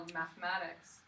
mathematics